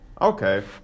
okay